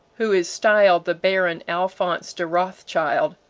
who is styled the baron alphonse de rothschild,